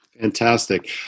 Fantastic